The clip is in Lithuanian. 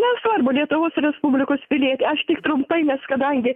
nesvarbu lietuvos respublikos pilietė aš tik trumpai nes kadangi